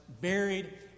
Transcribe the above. buried